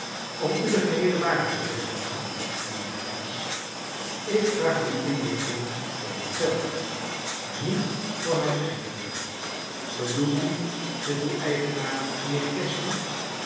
om u de geheele waarheid te zeggen mijnheer hernam pancks ik vraag die inlichtingen voor mij zelf niet voor mijn eigenaar bedoelt u met aw eigenaar mijnheer casby